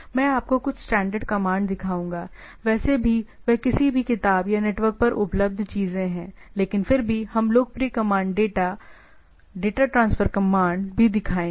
मैं आपको कुछ स्टैंडर्ड कमांड दिखाऊंगा वैसे भी वे किसी भी किताब या नेटवर्क पर उपलब्ध चीजें हैं लेकिन फिर भी हम लोकप्रिय command data data transfer command भी दिखाएंगे